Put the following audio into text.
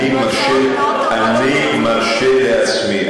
אני מרשה לעצמי,